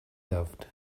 loved